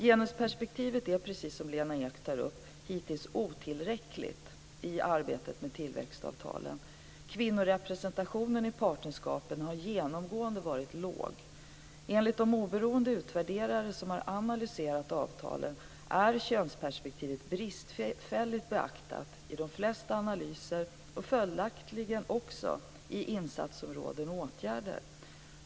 Genusperspektivet är precis som Lena Ek tar upp hittills otillräckligt i arbetet med tillväxtavtalen. Kvinnorepresentationen i partnerskapen har genomgående varit låg. Enligt de oberoende utvärderare som har analyserat avtalen är könsperspektivet bristfälligt beaktat i de flesta analyser och följaktligen också i insatsområden och åtgärder.